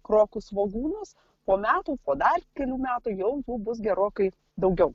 krokų svogūnus po metų o dar kelių metų jau bus gerokai daugiau